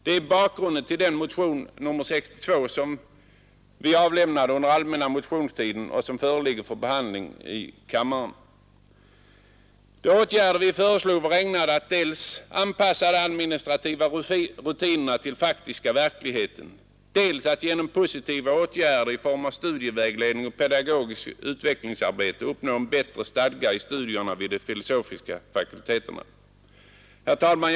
Detta är bakgrunden till den motion, nr 62, som vi avlämnade under den allmänna motionstiden och som föreligger för behandling i kammaren i dag. De åtgärder vi föreslog var ägnade dels att anpassa de administrativa rutinerna till den faktiska verkligheten, dels att genom positiva åtgärder i form av studievägledning och pedagogiskt utvecklingsarbete uppnå en bättre stadga i studierna vid de filosofiska fakulteterna. Herr talman!